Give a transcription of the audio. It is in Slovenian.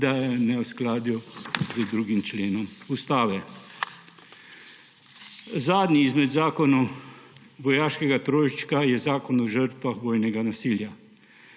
da je v neskladju z 2. členom Ustave. Zadnji izmed zakonov vojaškega trojčka je Zakon o žrtvah vojnega nasilja.